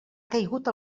caigut